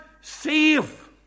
save